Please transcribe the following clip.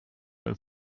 ill